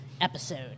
episode